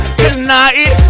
tonight